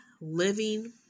living